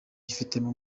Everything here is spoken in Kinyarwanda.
yifitemo